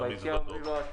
מה, ביציאה אומרים לו: